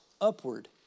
upward